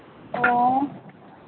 ꯑꯣ